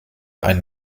einen